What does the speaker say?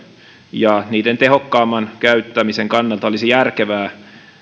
ja niiden tehokkaamman käyttämisen kannalta olisi järkevää